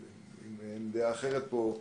אם אין דעה אחרת פה,